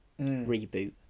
reboot